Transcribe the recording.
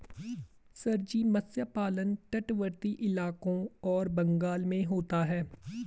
sir ji मत्स्य पालन तटवर्ती इलाकों और बंगाल में होता है